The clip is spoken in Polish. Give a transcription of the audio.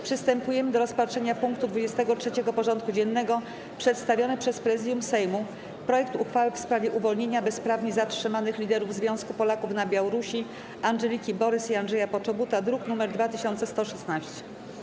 Przystępujemy do rozpatrzenia punktu 23. porządku dziennego: Przedstawiony przez Prezydium Sejmu projekt uchwały w sprawie uwolnienia bezprawnie zatrzymanych liderów Związku Polaków na Białorusi Andżeliki Borys i Andrzeja Poczobuta (druk nr 2116)